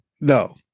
No